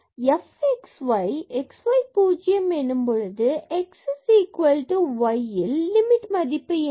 f xy x y பூஜ்ஜியம் எனும் போது x y ல் லிமிட் மதிப்பு என்ன